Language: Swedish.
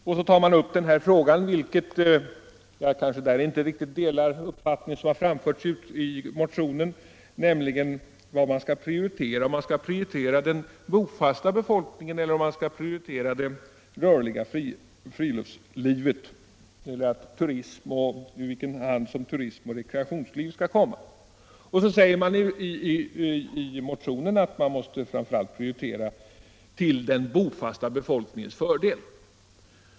Vidare tar man upp en fråga, där jag kanske inte riktigt delar de uppfattningar som har framförts i motionen, nämligen huruvida man skall prioritera den bofasta befolkningen eller det rörliga friluftslivet, dvs. var på angelägenhetsgraderingslistan turism och rekreationsliv skall komma. Och så säger man i motionen att prioriteringen framför allt skall göras ”till den bofasta befolkningens fördel”.